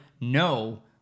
No